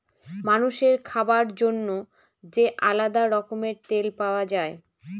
মানুষের খাবার জন্য যে আলাদা রকমের তেল পাওয়া যায়